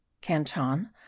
canton